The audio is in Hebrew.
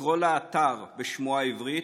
לקרוא לאתר בשמו העברי,